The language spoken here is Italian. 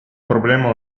problema